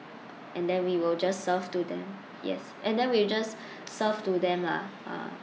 and then we will just serve to them yes and then we will just serve to them lah ah